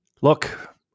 look